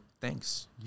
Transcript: thanks